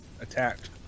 attacked